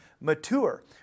mature